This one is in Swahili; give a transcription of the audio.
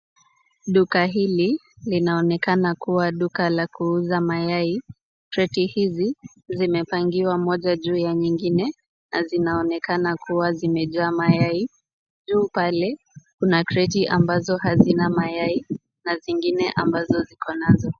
Duka hili linaonekana kuwa duka la kuuza mayai. Kreti hizi zimepangiwa moja juu ya nyingine na zinaonekana kuwa zimejaa mayai. Juu pale kuna kreti ambazo hazina mayai na zingine ambazo ziko nazo.